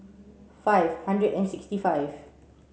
five hundred and sixty five